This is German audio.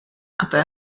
aber